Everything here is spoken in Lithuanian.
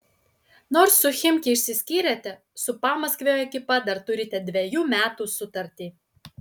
nors su chimki išsiskyrėte su pamaskvio ekipa dar turite dvejų metų sutartį